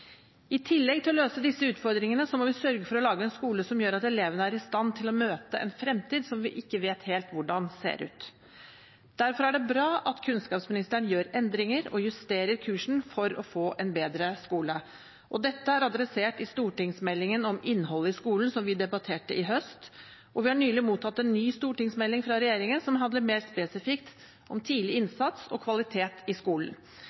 I tillegg til å løse disse utfordringene må vi sørge for å lage en skole som gjør at elevene er i stand til å møte en fremtid som vi ikke helt vet hvordan ser ut. Derfor er det bra at kunnskapsministeren gjør endringer og justerer kursen for å få en bedre skole. Dette er adressert i stortingsmeldingen om innholdet i skolen, som vi debatterte i høst, og vi har nylig mottatt en ny stortingsmelding fra regjeringen som handler mer spesifikt om tidlig innsats og kvalitet i skolen.